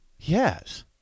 Yes